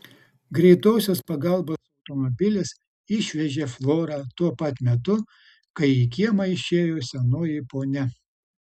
greitosios pagalbos automobilis išvežė florą tuo pat metu kai į kiemą išėjo senoji ponia